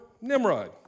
Nimrod